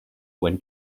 when